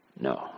No